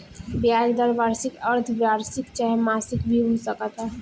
ब्याज दर वार्षिक, अर्द्धवार्षिक चाहे मासिक भी हो सकता